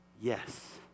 yes